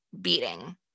beating